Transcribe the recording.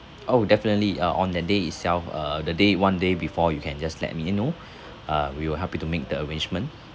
oh definitely uh on the day itself uh the day one day before you can just let me you know uh we will help me to make the arrangement